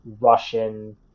Russian